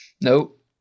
nope